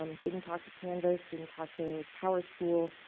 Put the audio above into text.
um didn't talk to canvas. didn't talk to powerschool.